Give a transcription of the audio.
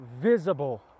visible